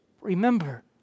Remember